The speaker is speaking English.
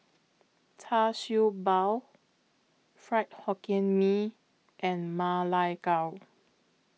Char Siew Bao Fried Hokkien Mee and Ma Lai Gao